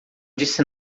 disse